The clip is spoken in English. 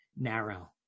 narrow